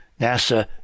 NASA